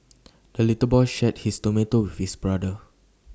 the little boy shared his tomato with his brother